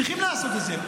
צריכים לעשות את זה.